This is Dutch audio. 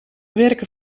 werken